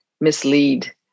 mislead